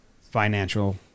financial